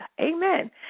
Amen